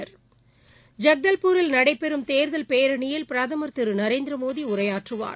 ஐக்தல்பூரில் நபைறும் தேர்தல் பேரணியில் பிரதமர் திருநரேந்திரமோடிஉரையாற்றுவார்